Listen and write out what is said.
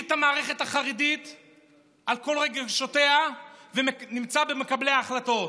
את המערכת החרדית על כל רגשותיה ונמצא בין מקבלי ההחלטות.